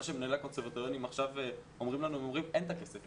מה שמנהלי הקונסרבטוריונים אומרים לנו הוא שאין לנו כסף,